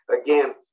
again